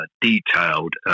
detailed